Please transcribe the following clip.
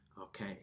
okay